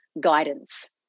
guidance